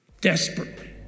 desperately